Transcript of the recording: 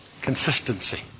consistency